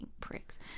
pricks